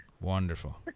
Wonderful